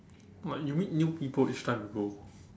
like you meet new people each time you go